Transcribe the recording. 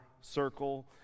circle